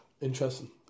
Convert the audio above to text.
Interesting